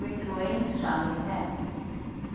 windrowing शामिल है